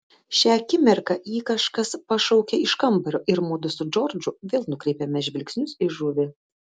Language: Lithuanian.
šią akimirką jį kažkas pašaukė iš kambario ir mudu su džordžu vėl nukreipėme žvilgsnius į žuvį